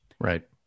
right